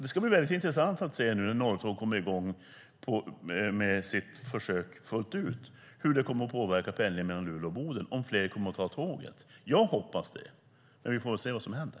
Det ska bli väldigt intressant att se när Norrtåg kommer i gång med sitt försök fullt ut hur det kommer att påverka pendlingen mellan Luleå och Boden och om fler kommer att ta tåget. Jag hoppas det, men vi får se vad som händer.